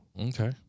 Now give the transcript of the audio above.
Okay